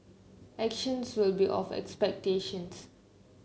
actions will be of expectations